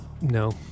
No